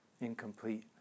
incomplete